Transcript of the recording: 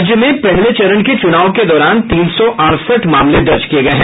राज्य में पहले चरण के चुनाव के दौरान तीन सौ अड़सठ मामले दर्ज किये गये हैं